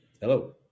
Hello